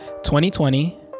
2020